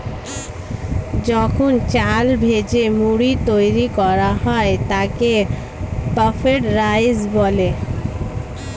যখন চাল ভেজে মুড়ি তৈরি করা হয় তাকে পাফড রাইস বলে